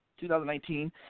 2019